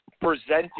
presented